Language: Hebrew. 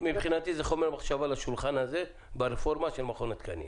מבחינתי זה חומר למחשבה לשולחן הזה ברפורמה של מכון התקנים.